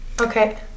okay